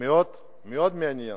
מאוד מעניין.